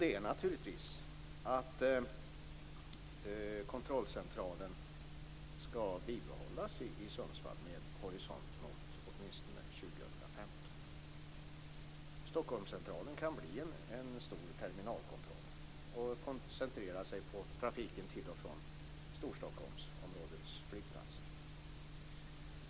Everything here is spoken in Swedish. Det är naturligtvis att kontrollcentralen skall bibehållas i Sundsvall med horisont mot åtminstone 2015. Stockholmscentralen kan bli en stor terminalkontroll. Man kan koncentrera sig på trafiken till och från Storstockholmsområdets flygplatser.